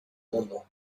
mundo